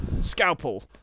Scalpel